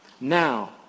Now